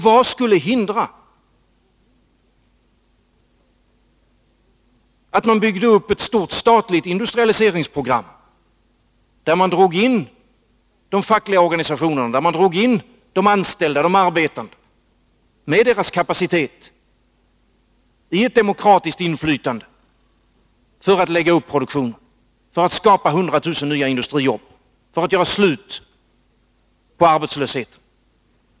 Vad skulle hindra att man byggde upp ett stort statligt industrialiseringsprogram, där man drog in de fackliga organisationerna och de arbetande med deras kapacitet i ett demokratiskt inflytande för att lägga upp produktionen, skapa 100 000 nya industrijobb och göra slut på arbetslösheten?